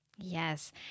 Yes